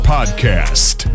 Podcast